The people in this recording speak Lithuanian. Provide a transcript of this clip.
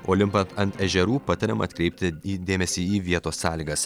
o limpant ant ežerų patariama atkreipti į dėmesį į vietos sąlygas